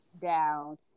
down